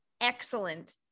excellent